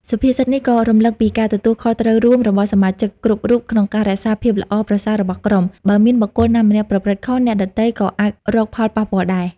សុភាសិតនេះក៏រំលឹកពី ការទទួលខុសត្រូវរួម របស់សមាជិកគ្រប់រូបក្នុងការរក្សាភាពល្អប្រសើររបស់ក្រុម បើមានបុគ្គលណាម្នាក់ប្រព្រឹត្តខុស អ្នកដទៃក៏អាចរងផលប៉ះពាល់ដែរ។